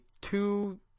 two